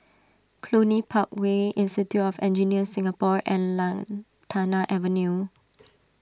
Cluny Park Way Institute of Engineers Singapore and Lantana Avenue